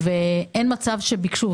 ואין מצב שביקשו.